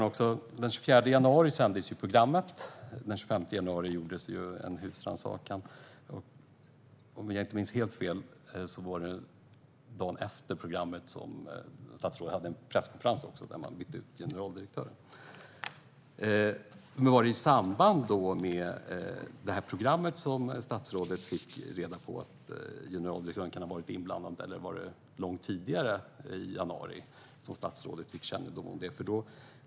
Den 24 januari sändes programmet. Den 25 januari gjordes en husrannsakan. Om jag inte minns helt fel var det dagen efter programmet som statsrådet hade en presskonferens om att man bytte ut generaldirektören. Var det i samband med programmet som statsrådet fick reda på att generaldirektören kan ha varit inblandad, eller var det långt tidigare i januari som statsrådet fick kännedom om detta?